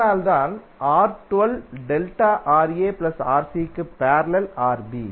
அதனால்தான் R 12 delta RaRc க்கு parallel Rb